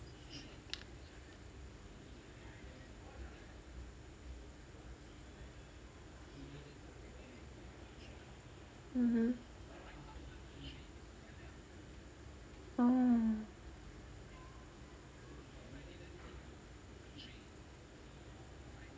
mmhmm oh